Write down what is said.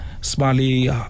smiley